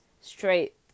straight